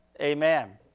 Amen